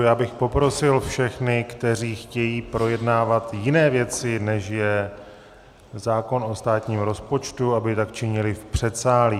Já bych poprosil všechny, kteří chtějí projednávat jiné věci, než je zákon o státním rozpočtu, aby tak činili v předsálí.